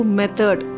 method